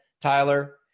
Tyler